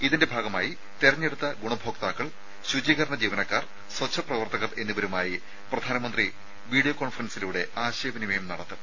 ഇതിന്റെ ഭാഗമായി തെരഞ്ഞെടുത്ത ഗുണഭോക്താക്കൾ ശുചീകരണ ജീവനക്കാർ സ്വച്ഛ പ്രവർത്തകർ എന്നിവരുമായി പ്രധാനമന്ത്രി വീഡിയോ കോൺഫറൻസിലൂടെ ആശയ വിനിമയം നടത്തും